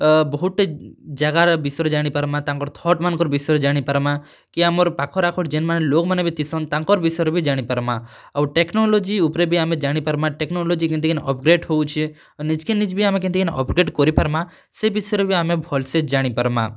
ବହୁତ୍ଟେ ଜାଗାର ବିଷୟରେ ଜାଣି ପାର୍ମା ତାଙ୍କର୍ ଥଟ୍ ମାନ୍ଙ୍କର ବିଷୟରେ ଜାଣି ପାର୍ମା କି ଆମର୍ ପାଖର୍ ଆଖର୍ ଯେନ୍ମାନେ ଲୋକ୍ମାନେ ବି ଥିସନ୍ ତାଙ୍କର୍ ବିଷୟରେ ବି ଜାଣି ପାର୍ମା ଆଉ ଟେକ୍ନୋଲୋଜି ଉପ୍ରେ ବି ଆମେ ଜାଣି ପାର୍ମା ଟେକ୍ନୋଲୋଜି କେନ୍ତି କି ଅପଡେଟ୍ ହେଉଛେ ଆଉ ନିଜ୍କେ ନିଜେ ବି ଆମେ କେନ୍ତି କିରି ଅପଡେଟ୍ କରିପାର୍ମା ସେ ବିଷୟରେ ବି ଆମେ ଭଲ୍ ସେ ଜାଣି ପାର୍ମା